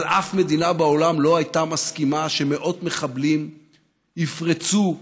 אבל אף מדינה בעולם לא הייתה מסכימה שמאות מחבלים יפרצו לשטחה.